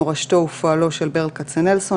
מורשתו ופועלו של ברל כצנלסון,